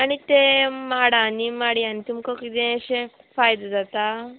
आनी ते माडांनी माडयांनी तुमकां किदें अशें फायदो जाता